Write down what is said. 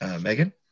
Megan